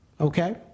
Okay